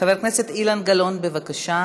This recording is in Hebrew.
חבר הכנסת אילן גלאון, בבקשה.